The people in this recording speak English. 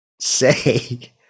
say